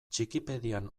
txikipedian